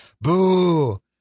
Boo